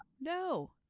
no